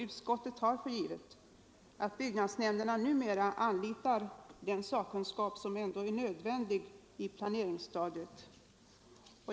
Utskottet tar ändå för givet att byggnadsnämnderna numera anlitar den sakkunskap som är nödvändig på planeringsstadiet.